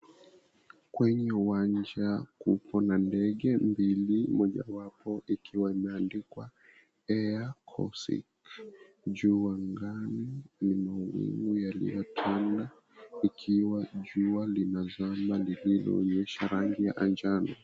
Kwenye uwanja kubwa na ndege mbilii mojawapo ikiwa imeandikwa, Air Corsic, juu angani ni mawingu yaliyotanda ikiwa jua linazama lililoonyesha rangi ya manjano.